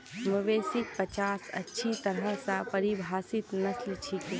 मवेशिक पचास अच्छी तरह स परिभाषित नस्ल छिके